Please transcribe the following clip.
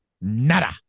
Nada